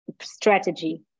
strategy